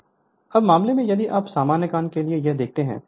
Refer Slide Time 1303 इस मामले में यदि आप सामान्य ज्ञान के लिए यह देखते हैं